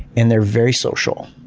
and they're very social.